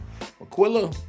Aquila